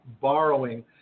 borrowing